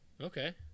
Okay